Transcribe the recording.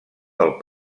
del